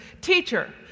Teacher